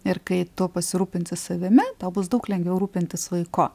ir kai tu pasirūpinsi savimi tau bus daug lengviau rūpintis vaiku